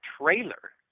trailer